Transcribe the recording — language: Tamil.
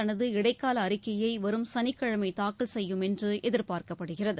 தனது இடைக்கால அறிக்கையை வரும் சனிக்கிழமை தாக்கல் செய்யும் என்று எதிர்பார்க்கப்படுகிறது